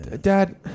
Dad